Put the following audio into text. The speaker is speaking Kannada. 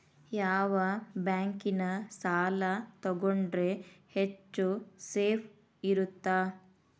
ಯಾವ ಬ್ಯಾಂಕಿನ ಸಾಲ ತಗೊಂಡ್ರೆ ಹೆಚ್ಚು ಸೇಫ್ ಇರುತ್ತಾ?